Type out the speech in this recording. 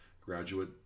graduate